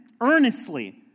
earnestly